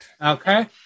Okay